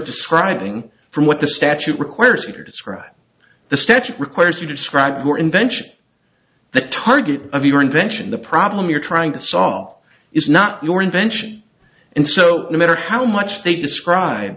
describing from what the statute requires you to describe the statute requires you to describe your invention the target of your invention the problem you're trying to saw is not your invention and so no matter how much they describe